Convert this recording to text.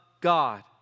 God